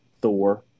Thor